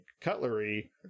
cutlery